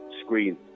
screen